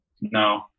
No